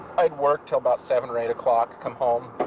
i'd work til about seven or eight o'clock, come home,